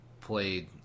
played